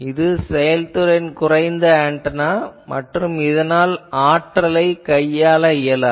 இது செயல்திறன் குறைந்த ஆன்டெனா மற்றும் இதனால் ஆற்றலைக் கையாள முடியாது